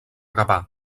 gavà